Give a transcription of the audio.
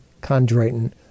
chondroitin